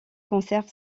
conserve